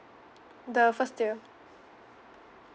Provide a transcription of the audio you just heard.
the first tier